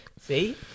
See